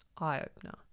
eye-opener